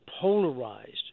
polarized